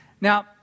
Now